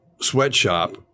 sweatshop